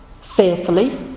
fearfully